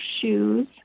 shoes